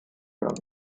werden